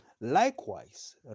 Likewise